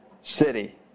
city